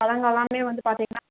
பழங்கள் எல்லாமே வந்து பார்த்தீங்கன்னா